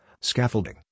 Scaffolding